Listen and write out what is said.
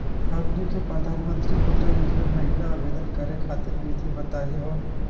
हमनी के प्रधानमंत्री मुद्रा योजना महिना आवेदन करे खातीर विधि बताही हो?